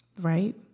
right